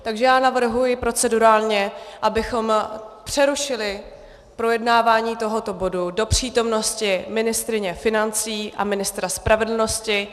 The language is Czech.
Takže já navrhuji procedurálně, abychom přerušili projednávání tohoto bodu do přítomnosti ministryně financí a ministra spravedlnosti.